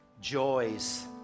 joys